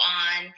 on